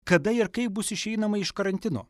kada ir kaip bus išeinama iš karantino